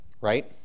right